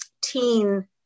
teen